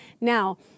Now